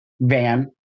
van